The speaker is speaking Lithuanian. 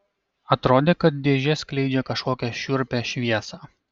atrodė kad dėžė skleidžia kažkokią šiurpią šviesą